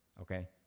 okay